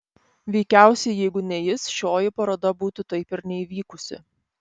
veikiausiai jeigu ne jis šioji paroda būtų taip ir neįvykusi